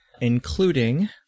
including